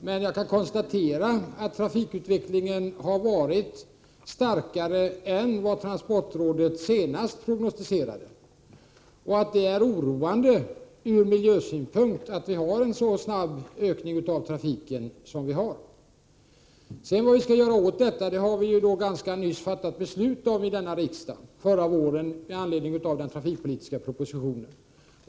Men jag kan konstatera att trafikutvecklingen har varit starkare än transportrådet senast prognosticerade och att det är oroande ur miljösynpunkt att vi har en så pass snabb ökning av trafiken. Vad vi skall göra åt detta har vi ganska nyligen fattat beslut om i denna riksdag, förra våren, med anledning av den trafikpolitiska propositionen.